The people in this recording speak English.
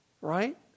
Right